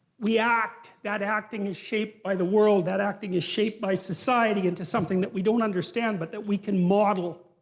we act, that acting is shaped by the world, that acting is shaped by society into something that we don't understand, but that we can model.